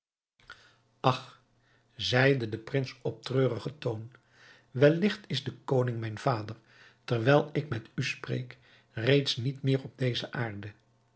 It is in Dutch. ach zeide de prins op treurigen toon welligt is de koning mijn vader terwijl ik met u spreek reeds niet meer op deze aarde